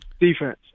defense